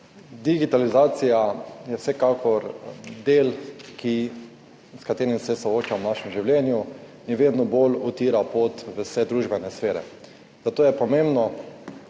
Digitalizacija je vsekakor del, s katerim se soočamo v našem življenju, in si vedno bolj utira pot v vse družbene sfere, zato je pomembno,